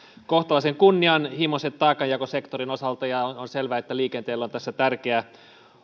kohtalaisen kunnianhimoiset taakanjakosektorin osalta ja on selvää että liikenteellä on tässä tärkeä